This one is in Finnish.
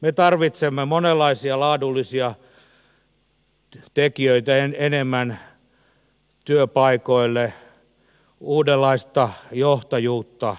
me tarvitsemme monenlaisia laadullisia tekijöitä enemmän työpaikoille uudenlaista johtajuutta